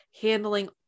handling